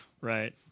Right